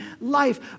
life